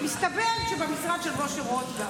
מסתבר שדווקא במשרד של משה רוט.